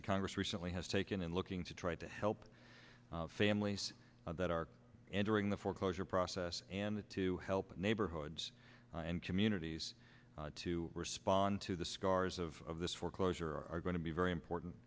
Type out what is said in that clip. that congress recently has taken in looking to try to help families that are entering the foreclosure process and the to help neighborhoods and communities to respond to the scars of this foreclosure are going to be very important